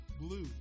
Blue